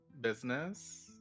business